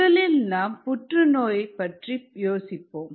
முதலில் நாம் புற்றுநோய் பற்றி யோசிப்போம்